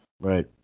Right